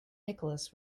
nicholas